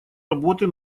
работы